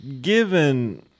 given